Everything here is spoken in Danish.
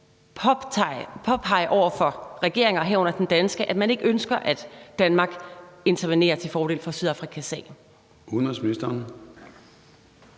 påpege over for regeringer, herunder den danske, at man ikke ønsker, at Danmark intervenerer til fordel for Sydafrikas sag? Kl.